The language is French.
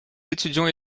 étudiants